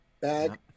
bag